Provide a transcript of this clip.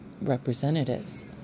representatives